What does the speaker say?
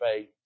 faith